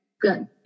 Good